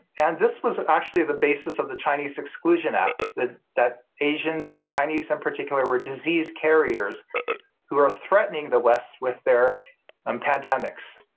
and this was actually the basis of the chinese exclusion act that asians and chinese in particular were disease carriers who are threatening the west with their um pandemics.